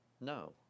no